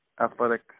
athletic